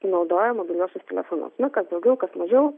naudoja mobiliuosius telefonus nu kas daugiau kas mažiau